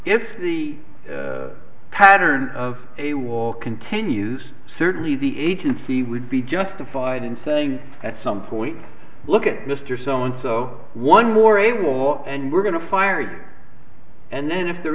if the pattern of a war continues certainly the agency would be justified in saying at some point look at mr soandso one more able and we're going to fire it and then if there